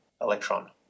electron